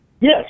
Yes